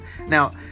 Now